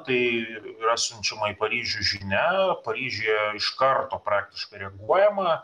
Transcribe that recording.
tai yra siunčiama į paryžių žinia paryžiuje iš karto praktiškai reaguojama